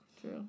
true